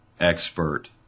expert